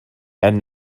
and